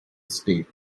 estate